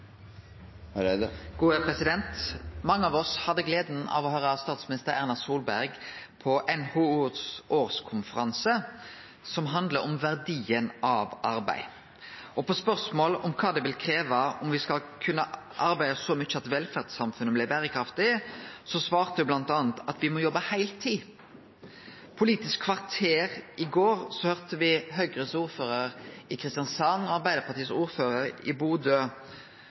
Mange av oss hadde gleda av å høyre statsminister Erna Solberg på NHOs årskonferanse, som handla om verdien av arbeid. På spørsmål om kva det vil krevje om me skal kunne arbeide så mykje at velferdssamfunnet blir berekraftig, svarte ho bl.a. at me må jobbe heiltid. På Politisk kvarter i går høyrde me Høgres ordførar i Kristiansand og Arbeidarpartiets ordførar i Bodø,